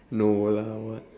no lah what